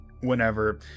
whenever